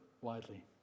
widely